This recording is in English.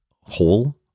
Whole